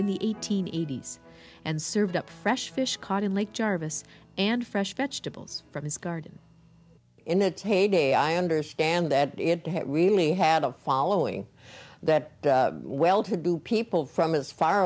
in the eighteen eighties and served up fresh fish caught in lake jarvis and fresh vegetables from his garden in the tape day i understand that it really had a following that well to do people from as far